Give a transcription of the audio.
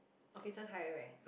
officers higher rank